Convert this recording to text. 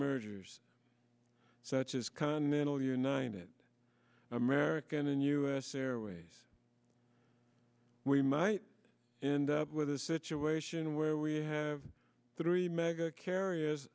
mergers such as continental united american and u s airways we might end up with a situation where we have three mega carriers